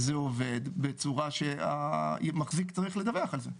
זה עובד בצורה שהמחזיק צריך לדווח על זה.